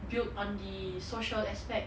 build on the social aspect